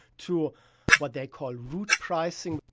to what they call root pricing,